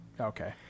Okay